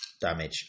damage